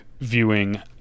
viewing